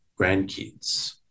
grandkids